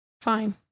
Fine